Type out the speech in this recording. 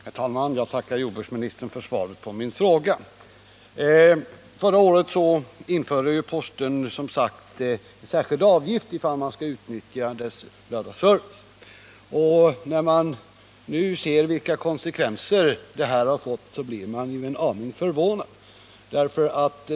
Herr talman! Jag tackar jordbruksministern för svaret på min fråga. Förra året införde posten särskild avgift om man vill utnyttja dess lördagsservice. När man nu ser vilka konsekvenser detta fått, blir man en aning förvånad.